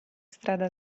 strada